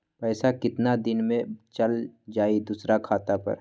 पैसा कितना दिन में चल जाई दुसर खाता पर?